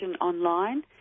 online